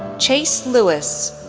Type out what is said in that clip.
chase lewis,